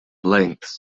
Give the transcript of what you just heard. lengths